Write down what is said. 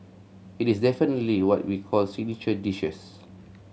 it is definitely what we call signature dishes